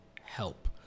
help